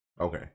Okay